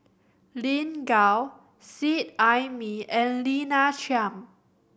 Lin Gao Seet Ai Mee and Lina Chiam